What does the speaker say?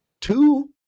two